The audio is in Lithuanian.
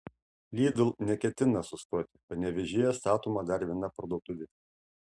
lidl neketina sustoti panevėžyje statoma dar viena parduotuvė